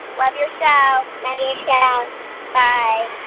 love your show love your show bye